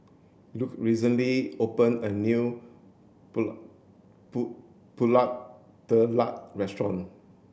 Luke recently opened a new Pulut Tatal restaurant